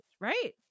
right